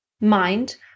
mind